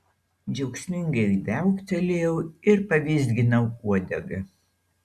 džiaugsmingai viauktelėjau ir pavizginau uodegą